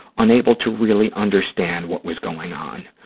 unable to really understand what was going on.